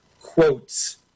quotes